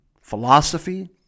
philosophy